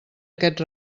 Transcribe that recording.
aquests